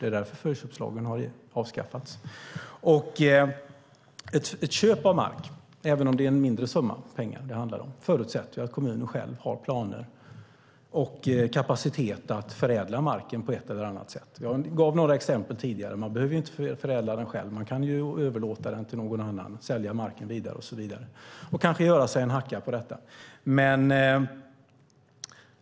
Det är därför förköpslagen har avskaffats. Ett köp av mark, även om det handlar om en mindre summa pengar, förutsätter att kommunen har planer och kapacitet att förädla marken på ett eller annat sätt. Jag gav tidigare några exempel. Man behöver inte förädla den själv. Man kan överlåta marken till någon annan. Man kan sälja den vidare och kanske göra sig en hacka på det.